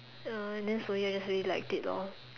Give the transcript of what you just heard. uh then slowly I just really liked it lor